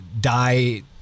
die